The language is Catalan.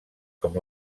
com